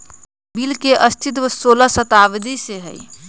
bill के अस्तित्व सोलह शताब्दी से हइ